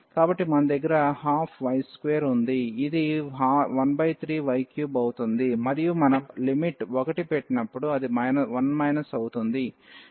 కాబట్టి మన దగ్గర 12y2 ఉంది ఇది 13y3 అవుతుంది మరియు మనం లిమిట్ 1 పెట్టినప్పుడు అది 1 అవుతుంది